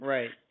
Right